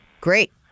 Great